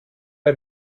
bei